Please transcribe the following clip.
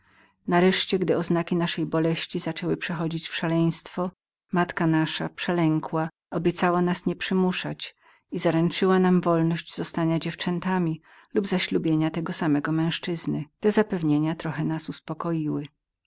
nareszcie gdy te oznaki naszej boleści zaczęły przechodzić w szaleństwo matka nasza przelękła obiecała nas nie przymuszać i zaręczyła nam wolność zostania dziewczętami lub zaślubienia tego samego męzczyzny te zapewnienia na jakiś czas nas uspokoiły